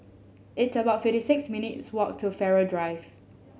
it's about fifty six minutes walk to Farrer Drive